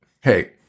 Hey